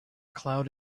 cloud